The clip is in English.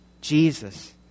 Jesus